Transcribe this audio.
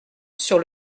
sur